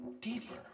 deeper